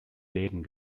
läden